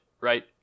right